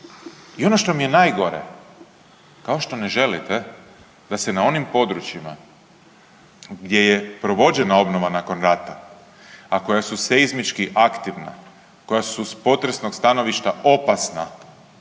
I ono što mi je najgore kao što ne želite da se na onim područjima gdje je provođena obnova nakon rata, a koja su seizmički aktivna, koja su sa potresnog stanovišta opasna